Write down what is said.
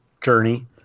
journey